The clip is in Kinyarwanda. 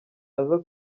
aza